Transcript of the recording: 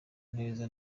neza